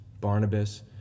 Barnabas